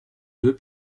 deux